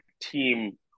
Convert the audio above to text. team